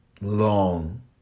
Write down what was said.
long